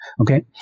okay